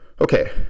Okay